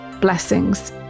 blessings